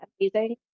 amazing